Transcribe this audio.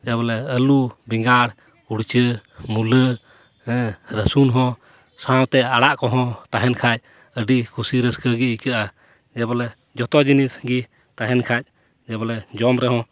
ᱡᱮᱵᱚᱞᱮ ᱟᱞᱩ ᱵᱮᱸᱜᱟᱲ ᱠᱩᱸᱲᱪᱟᱹ ᱢᱩᱞᱟᱹ ᱦᱮᱸ ᱨᱟᱥᱩᱱ ᱦᱚᱸ ᱥᱟᱶᱛᱮ ᱟᱲᱟᱜ ᱠᱚᱦᱚᱸ ᱛᱟᱦᱮᱱ ᱠᱷᱟᱡ ᱟᱹᱰᱤ ᱠᱷᱩᱥᱤ ᱨᱟᱹᱥᱠᱟᱹᱜᱮ ᱟᱭᱠᱟᱹᱜᱼᱟ ᱡᱮᱵᱚᱞᱮ ᱡᱚᱛᱚ ᱡᱤᱱᱤᱥ ᱜᱮ ᱛᱟᱦᱮᱱ ᱠᱷᱟᱡ ᱡᱮᱵᱚᱞᱮ ᱡᱚᱢ ᱨᱮ ᱦᱚᱸ